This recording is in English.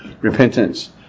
repentance